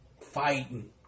fighting